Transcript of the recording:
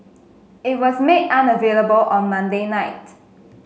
it was made unavailable on Monday night